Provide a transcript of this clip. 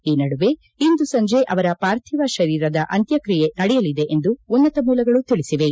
ಈ ನಡುವೆ ಇಂದು ಸಂಜೆ ಅವರ ಪಾರ್ಥಿವ ಶರೀರದ ಅಂತ್ಯಕ್ರಿಯೆ ನಡೆಯಲಿದೆ ಎಂದು ಉನ್ನತ ಮೂಲಗಳು ತಿಳಿಸಿವೆ